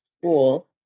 school